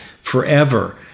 forever